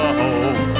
home